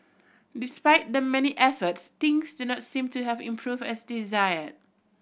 despite the many efforts things do not seem to have improved as desired